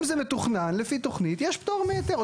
אם זה מתוכנן לפי תכנית יש פטור מהיתר.